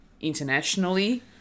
internationally